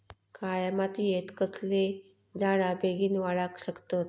काळ्या मातयेत कसले झाडा बेगीन वाडाक शकतत?